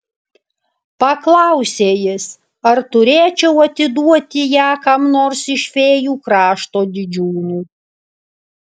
paklausė jis ar turėčiau atiduoti ją kam nors iš fėjų krašto didžiūnų